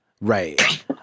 Right